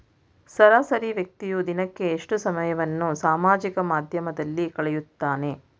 ಸರಾಸರಿ ವ್ಯಕ್ತಿಯು ದಿನಕ್ಕೆ ಎಷ್ಟು ಸಮಯವನ್ನು ಸಾಮಾಜಿಕ ಮಾಧ್ಯಮದಲ್ಲಿ ಕಳೆಯುತ್ತಾನೆ?